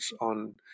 on